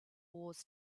wars